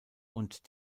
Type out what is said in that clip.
und